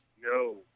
no